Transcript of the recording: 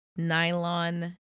Nylon